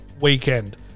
weekend